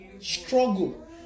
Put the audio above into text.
struggle